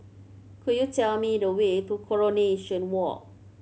could you tell me the way to Coronation Walk